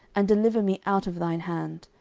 and deliver me out of thine hand.